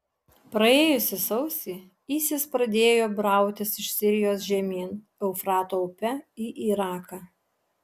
praėjusį sausį isis pradėjo brautis iš sirijos žemyn eufrato upe į iraką